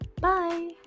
Bye